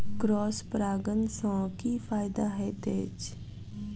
Cross परागण सँ की फायदा हएत अछि?